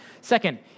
Second